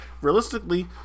realistically